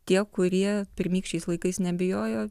tie kurie pirmykščiais laikais nebijojo